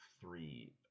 three